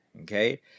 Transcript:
okay